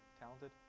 talented